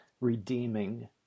redeeming